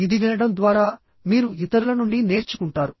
ఇది వినడం ద్వారా మీరు ఇతరుల నుండి నేర్చుకుంటారు